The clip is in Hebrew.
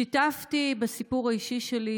שיתפתי בסיפור האישי שלי,